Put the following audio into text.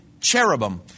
cherubim